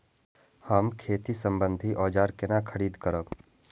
हम खेती सम्बन्धी औजार केना खरीद करब?